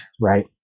Right